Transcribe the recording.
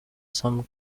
some